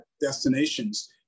destinations